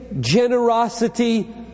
generosity